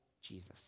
Jesus